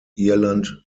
irland